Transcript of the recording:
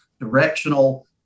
directional